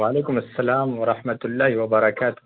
وعلیکم السلام ورحمۃ اللہ وبرکاتہ